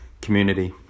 community